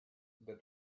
then